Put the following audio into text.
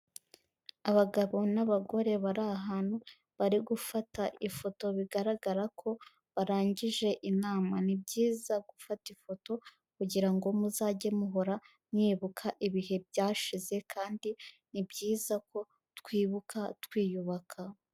Abagabo n'abagore bari ahantu bari gufata ifoto bigaragara ko barangije inama, ni byiza gufata ifoto kugira ngo muzajye muhora mwibuka ibihe byashize kandi ni byiza ko twibuka twiyubaka.